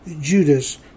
Judas